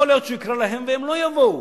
יכול להיות שהוא יקרא להם והם לא יבואו.